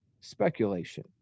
speculation